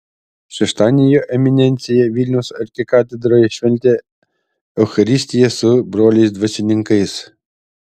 šeštadienį jo eminencija vilniaus arkikatedroje šventė eucharistiją su broliais dvasininkais